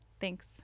Thanks